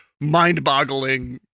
mind-boggling